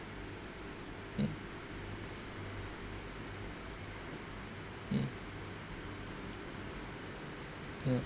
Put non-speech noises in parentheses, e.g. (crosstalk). mm mm (noise)